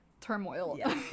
turmoil